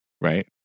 right